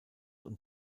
und